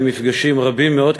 ומפגשים רבים מאוד,